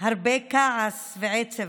הרבה כעס ועצב.